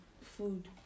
food